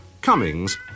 Cummings